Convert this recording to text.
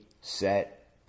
set